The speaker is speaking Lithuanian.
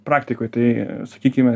praktikoj tai sakykime